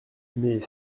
mais